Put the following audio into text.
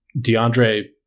DeAndre